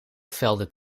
velden